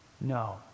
No